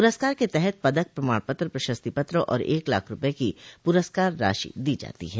पुरस्कार के तहत पदक प्रमाण पत्र प्रशस्ति पत्र और एक लाख रूपये की पुरस्कार राशि दी जाती है